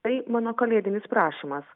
tai mano kalėdinis prašymas